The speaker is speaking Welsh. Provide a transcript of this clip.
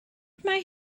mae